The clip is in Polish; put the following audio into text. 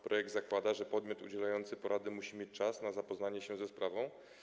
Projekt zakłada, że podmiot udzielający porady musi mieć czas na zapoznanie się ze sprawą.